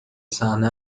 صحنه